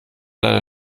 leider